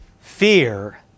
Fear